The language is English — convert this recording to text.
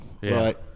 Right